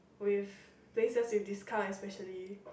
with places with discount especially